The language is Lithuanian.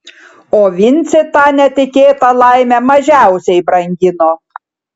o vincė tą netikėtą laimę mažiausiai brangino